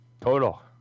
Total